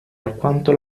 alquanto